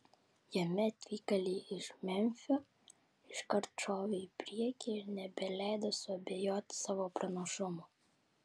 jame atvykėliai iš memfio iškart šovė į priekį ir nebeleido suabejoti savo pranašumu